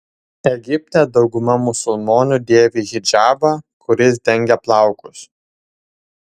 egipte dauguma musulmonių dėvi hidžabą kuris dengia plaukus